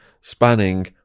spanning